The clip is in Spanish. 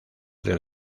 del